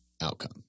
outcome